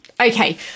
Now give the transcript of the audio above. okay